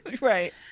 right